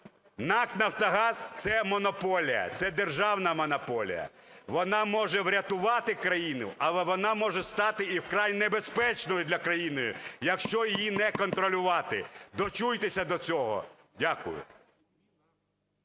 НАК "Нафтогаз" це монополія, це державна монополія, вона може врятувати країну, але вона може стати і вкрай небезпечною для країни, якщо її не контролювати. Дочуйтеся до цього. Дякую.